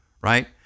Right